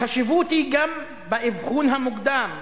החשיבות היא גם באבחון המוקדם,